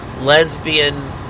lesbian